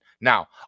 Now